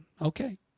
okay